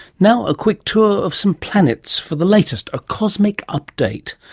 now a quick tour of some planets for the latest. a cosmic update,